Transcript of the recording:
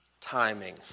timing